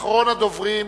אחרון הדוברים,